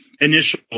initial